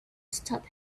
stop